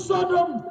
Sodom